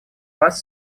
вас